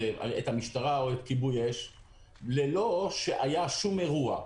המשטרה או את כיבוי אש ללא שהיה שום אירוע,